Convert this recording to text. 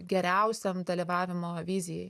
geriausiam dalyvavimo vizijai